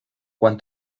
quan